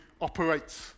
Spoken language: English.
operates